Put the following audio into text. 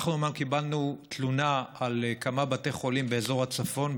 אנחנו אומנם קיבלנו תלונה על כמה בתי חולים באזור הצפון,